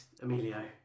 Emilio